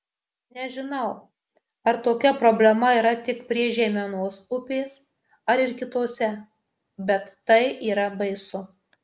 nežinau ar tokia problema yra tik prie žeimenos upės ar ir kitose bet tai yra baisu